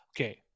Okay